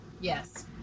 Yes